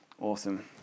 Awesome